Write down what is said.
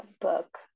book